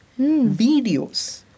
videos